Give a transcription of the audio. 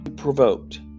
provoked